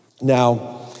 Now